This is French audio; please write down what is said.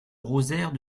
rosaire